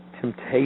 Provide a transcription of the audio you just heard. Temptation